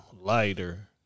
Lighter